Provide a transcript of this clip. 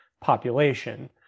population